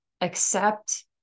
accept